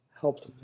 helped